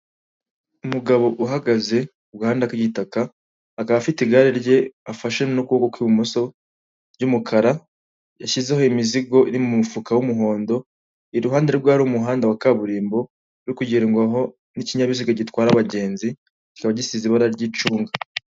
Umugabo uhagaze ku gahanda k'igitaka, akaba afite igare rye afashe n'ukuboko kw'ibumoso ry'umukara yashyizeho imizigo iri mu mufuka w'umuhondo, iruhande rwe hari umuhanda wa kaburimbo uri kugeredwaho n'ikinyabiziga gitwara abagenzi, kikaba gisize ibara ry'icunga.